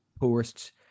poorest